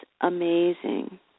amazing